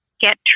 Get